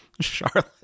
Charlotte